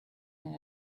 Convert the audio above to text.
and